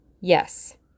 Yes